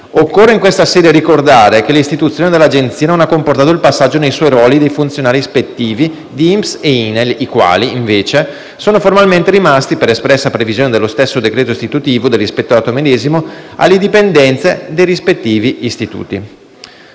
Occorre in questa sede ricordare che l'istituzione dell'Agenzia non ha comportato il passaggio nei suoi ruoli dei funzionari ispettivi di INPS e INAIL, i quali invece sono formalmente rimasti, per espressa previsione dello stesso decreto istitutivo dell'Ispettorato medesimo, alle dipendenze dei rispettivi istituti.